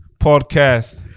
podcast